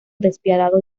despiadado